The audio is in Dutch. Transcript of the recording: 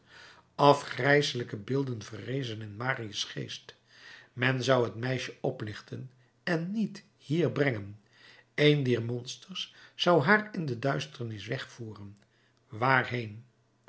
afgrijselijke beelden verrezen in marius geest men zou het meisje oplichten en niet hier brengen een dier monsters zou haar in de duisternis wegvoeren waarheen